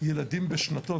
ילדים בשנתון.